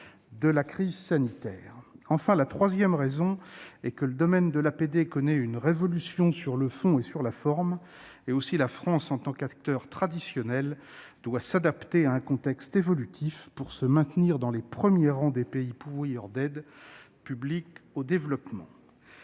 de la crise sanitaire. Troisièmement, le domaine de l'APD connaît une révolution sur le fond et sur la forme. Aussi, la France, en tant qu'acteur traditionnel, doit s'adapter à un contexte évolutif pour se maintenir dans les premiers rangs des pays pourvoyeurs d'aide publique au développement.